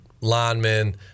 linemen